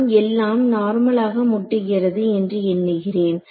நான் எல்லாம் நார்மலாக முட்டுகிறது என்று எண்ணுகிறேன்